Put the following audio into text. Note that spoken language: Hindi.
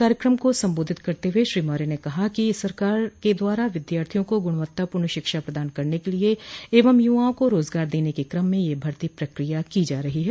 कार्यक्रम को संबोधित करते हुए श्री मौर्य ने कहा कि सरकार के द्वारा विद्यार्थियों को गुणवत्तापूर्ण शिक्षा प्रदान करने के लिये एवं युवाओं को रोजगार देने के क्रम में यह भर्ती प्रक्रिया की जा रही है